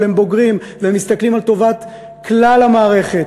אבל הם בוגרים והם מסתכלים על טובת כלל המערכת.